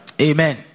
Amen